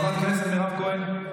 חברת הכנסת מירב כהן,